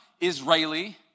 Israeli